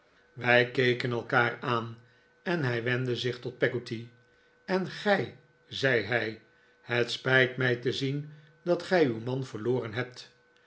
wij keken elkaar aan en hij wendde zich tot peggotty en gij zei hij het spijt mij te zien dat gij uw man vrloren hebt